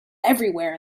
everywhere